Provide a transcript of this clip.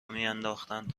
میانداختند